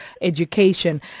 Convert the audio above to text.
education